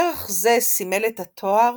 פרח זה סימל את הטוהר